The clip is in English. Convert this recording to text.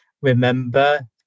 remember